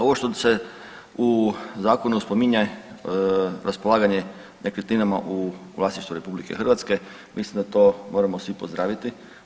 Ovo što se u zakonu spominje raspolaganje nekretninama u vlasništvu RH, mislim da to moramo svi pozdraviti.